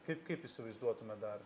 kaip kaip įsivaizduotumėt dar